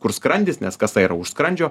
kur skrandis nes kasa yra už skrandžio